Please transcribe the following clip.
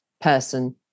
person